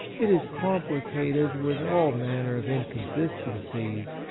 it is complicated with all manner of inconsistencies,